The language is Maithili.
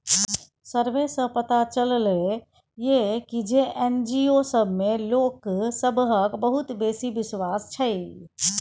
सर्वे सँ पता चलले ये की जे एन.जी.ओ सब मे लोक सबहक बहुत बेसी बिश्वास छै